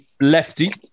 lefty